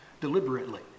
deliberately